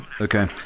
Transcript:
Okay